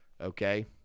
Okay